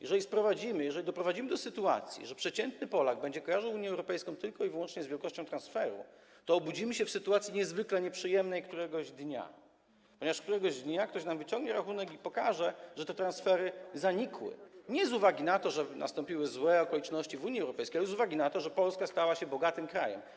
Jeżeli doprowadzimy do sytuacji, że przeciętny Polak będzie kojarzył Unię Europejską tylko i wyłącznie z wielkością transferów, to obudzimy się w sytuacji niezwykle nieprzyjemnej któregoś dnia, ponieważ któregoś dnia ktoś nam wyciągnie rachunek i pokaże, że te transfery zanikły, nie z uwagi na to, że nastąpiły złe okoliczności w Unii Europejskiej, ale z uwagi na to, że Polska stała się bogatym krajem.